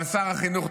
אבל שר החינוך,